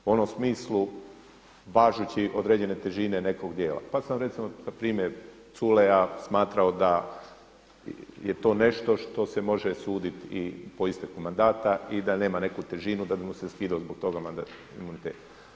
Ono u smislu važući određene težine nekog dijela, pa sam recimo primjer Culeja smatrao da je to nešto što se može suditi po isteku mandata i da nema neku težinu da bi mu se skidao zbog toga imunitet.